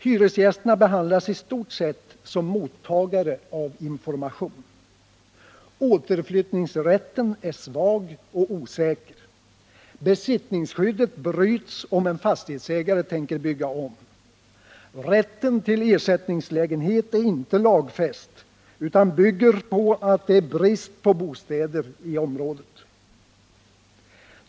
Hyresgästerna behandlas i stort sett som mottagare av information. Återflyttningsrätten är svag och osäker. Besittningsskyddet bryts om en fastighetsägare tänker bygga om. Rätten till ersättningslägenhet är inte lagfäst utan bygger på att det är brist på bostäder i området.